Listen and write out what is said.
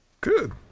Good